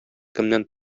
кемнән